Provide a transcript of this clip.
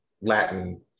Latin